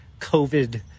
COVID